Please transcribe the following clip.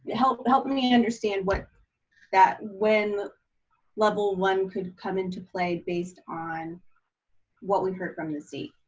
help help me understand what that, when level one could come into play based on what we heard from the state.